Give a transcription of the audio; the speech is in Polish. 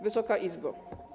Wysoka Izbo!